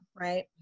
right